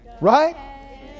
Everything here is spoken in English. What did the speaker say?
Right